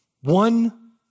One